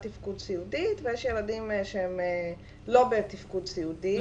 תפקוד סיעודית ויש ילדים שהם לא בתפקוד סיעודי.